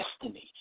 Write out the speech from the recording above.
destiny